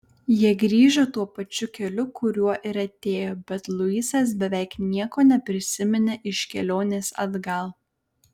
jie grįžo tuo pačiu keliu kuriuo ir atėjo bet luisas beveik nieko neprisiminė iš kelionės atgal